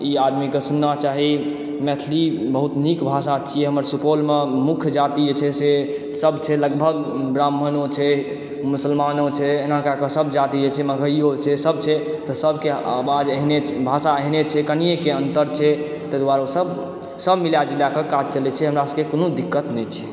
ई आदमीके सुनना चाही मैथिली बहुत नीक भाषा छियै हमर सुपौलमे मुख्य जाति जे छै से सभ छै लगभग ब्राह्मणो छै मुसलमानो छै एना कए कऽ सभ जाति जे छै मगैयो छै सभ छै से सभके आवाज एहने छै भाषा एहने छै कनिये के अन्तर छै ताहि दुआरे ओ सभ मिला जुल कऽ काज चलै छै कोनो दिक्कत नहि छै